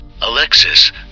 Alexis